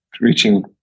reaching